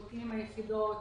בודקים עם היחידות,